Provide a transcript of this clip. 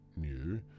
new